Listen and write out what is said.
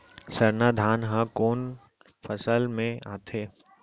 सरना धान ह कोन फसल में आथे?